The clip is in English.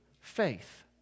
faith